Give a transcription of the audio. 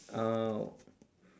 uh